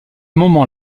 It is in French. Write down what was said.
moment